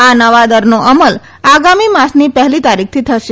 આ નવા દરનો અમલ આગામી માસની પહેલી તારીખથી થશે